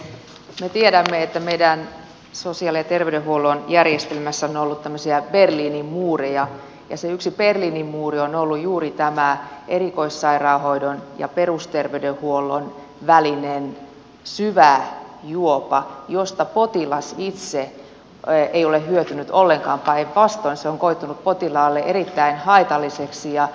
me tiedämme että meidän sosiaali ja terveydenhuollon järjestelmässä on ollut tämmöisiä berliinin muureja ja se yksi berliinin muuri on ollut juuri tämä erikoissairaanhoidon ja perusterveydenhuollon välinen syvä juopa josta potilas itse ei ole hyötynyt ollenkaan päinvastoin se on koitunut potilaalle erittäin haitalliseksi